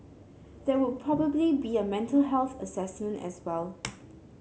there would probably be a mental health assessment as well